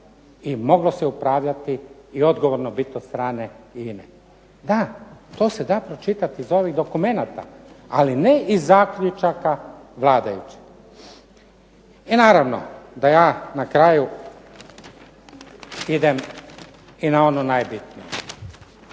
i moglo se upravljati i odgovorno bit od strane INA-e. Da, to se da pročitat iz ovih dokumenata ali ne iz zaključaka vladajućih. I naravno, da ja na kraju idem i na ono najbitnije.